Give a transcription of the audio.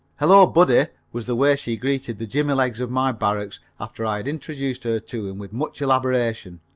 hello, buddy! was the way she greeted the jimmy-legs of my barracks after i had introduced her to him with much elaboration.